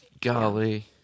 Golly